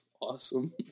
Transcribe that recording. awesome